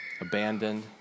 abandoned